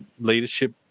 leadership